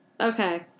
Okay